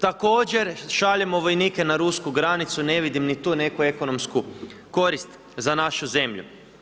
Također šaljemo vojnike na rusku granicu, vidim ni tu neku ekonomsku korist za našu zemlju.